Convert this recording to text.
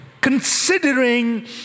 considering